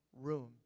room